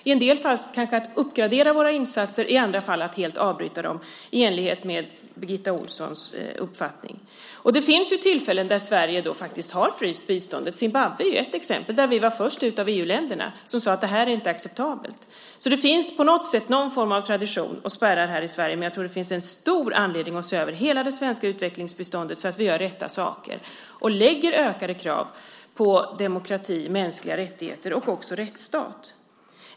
Vi ska kanske i en del fall uppgradera våra insatser och i andra fall helt avbryta dem, i enlighet med Birgitta Ohlssons uppfattning. Det finns tillfällen där Sverige har fryst biståndet. Zimbabwe är ett exempel. Där var vi först ut av EU-länderna och sade: Det här är inte acceptabelt. Det finns på något sätt någon form av tradition och spärrar här i Sverige. Men jag tror det finns en stor anledning att se över hela det svenska utvecklingsbiståndet så att vi gör rätta saker och ställer ökade krav på demokrati, mänskliga rättigheter och också rättsstat.